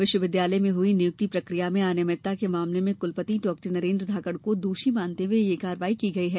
विश्व विद्यालय में हुई नियुक्ति प्रक्रिया में अनियमितता के मामले में कुलपति डॉ नरेंद्र धाकड़ को दोषी मानते हुए ये कार्रवाई की गई है